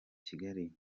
kigali